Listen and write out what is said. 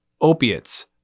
opiates